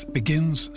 begins